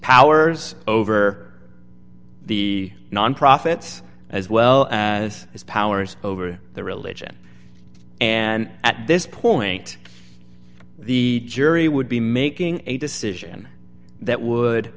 powers over the non profits as well as his powers over the religion and at this point the jury would be making a decision that would